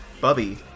Bubby